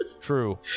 True